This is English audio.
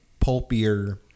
pulpier